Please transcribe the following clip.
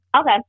okay